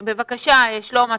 שלמה,